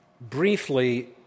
briefly